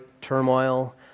turmoil